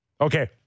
okay